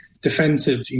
defensive